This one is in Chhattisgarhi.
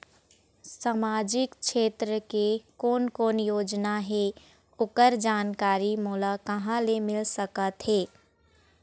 सामाजिक क्षेत्र के कोन कोन योजना हे ओकर जानकारी मोला कहा ले मिल सका थे?